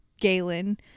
Galen